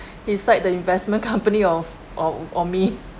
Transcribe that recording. his side the investment company of or or me